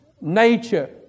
nature